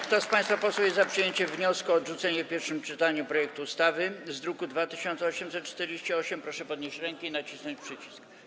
Kto z państwa posłów jest za przyjęciem wniosku o odrzucenie w pierwszym czytaniu projektu ustawy z druku nr 2848, proszę podnieść rękę i nacisnąć przycisk.